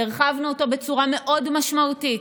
הרחבנו אותו בצורה מאוד משמעותית,